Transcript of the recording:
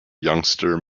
younger